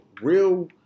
real